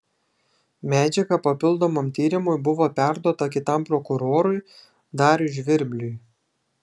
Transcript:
medžiaga papildomam tyrimui buvo perduota kitam prokurorui dariui žvirbliui